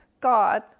God